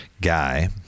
guy